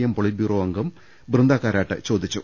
M politburo അംഗം ബൃന്ദ കാരാട്ട് ചോദിച്ചു